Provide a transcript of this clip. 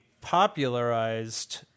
popularized